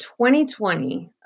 2020